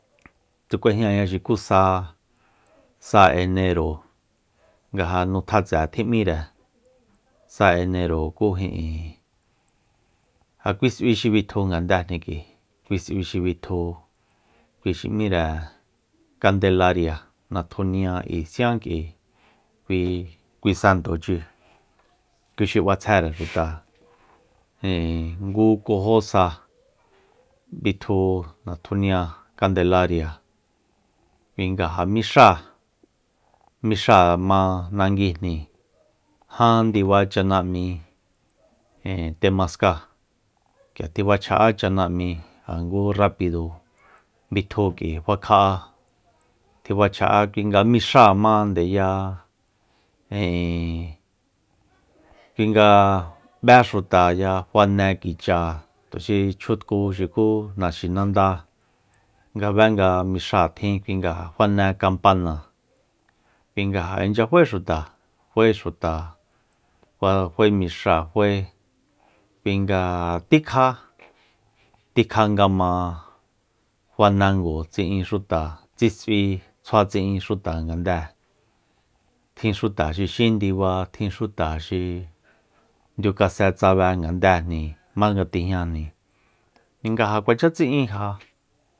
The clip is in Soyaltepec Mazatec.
K'uejñaña xuku sa enero nga ja nu tjatse tjim'íre sa enero ku ijin ja kui s'ui xi bitju ngandéjni k'ui kui s'ui xi bitju xi m'íre kandelaria natjunia k'ui sián k'ui kui- kui santochi kuixi b'atsjére xuta ngu ku jó sa bitju natjunia kandelaria kui nga ja mixáa- mixáa ma nanguijni ján ndiba chanam'i temascáa k'ia tjifacha'á chanam'i ngu rapido bitju k'ui fa kja'a tjifacha'á kui nga mixáa mandeya ijin kui nga b'é xutaya fane kicha tuxi chjutku xuku naxinanda nga be nga mixáa tjin fane kampana kui nga inchya faé xuta fa'e xuta fae mixáa fae kuinga tikja- tikja nga ma fanango tsi'in xuta tsi s'ui tsjua tsi'in xuta ngande'e tjin xuta xi xín diba tjin xuta xi nduikasetsabe ngandejni jmanga tijñajni kui nga ja kuacha tsi'in ja